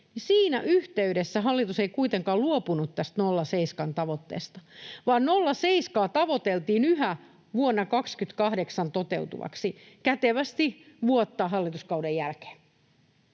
läpi, hallitus ei kuitenkaan luopunut tästä 0,7:n tavoitteesta, vaan 0,7:ää tavoiteltiin yhä vuonna 28 toteutuvaksi — kätevästi vuosi hallituskauden jälkeen.